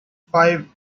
five